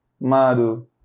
Mado